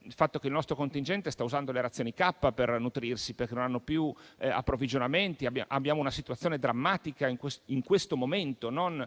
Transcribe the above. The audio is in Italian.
il fatto che il nostro contingente sta usando le razioni K per nutrirsi perché non hanno più approvvigionamenti. Abbiamo una situazione drammatica in questo momento, non